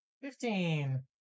Fifteen